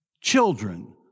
Children